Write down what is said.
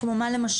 כמו מה למשל?